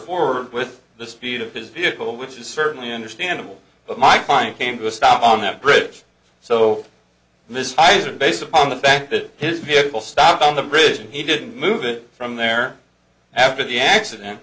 forward with the speed of his vehicle which is certainly understandable but my fine came to a stop on that bridge so ms pfizer based upon the fact that his vehicle stopped on the bridge and he didn't move it from there after the accident